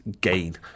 gain